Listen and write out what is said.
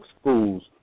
schools